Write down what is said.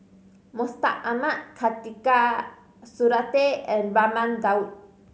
Mustaq Ahmad Khatijah Surattee and Raman Daud